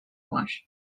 var